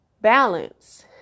balance